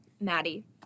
Maddie